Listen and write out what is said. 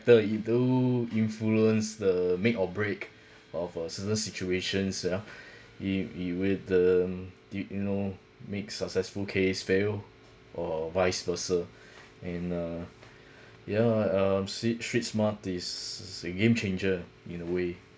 the it do influence the make or break of a certain situations ya it it with um you know make successful case fail or vice versa and uh yeah uh str~ street smart is a game changer in a way